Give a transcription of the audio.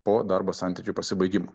po darbo santykių pasibaigimo